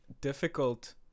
difficult